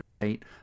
Right